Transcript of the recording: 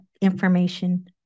information